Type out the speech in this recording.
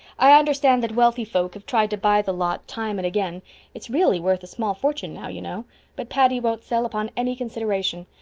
i understand that wealthy folk have tried to buy the lot time and again it's really worth a small fortune now, you know but patty won't sell upon any consideration.